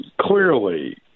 clearly